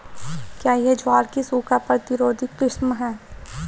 क्या यह ज्वार की सूखा प्रतिरोधी किस्म है?